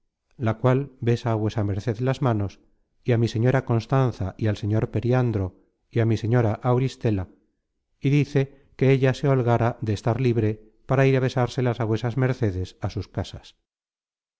la cual besa á vuesa merced las manos y á mi señora constanza y al señor pe riandro y á mi señora auristela y dice que ella se holgara content from google book search generated at de estar libre para ir á besárselas á vuesas mercedes á sus casas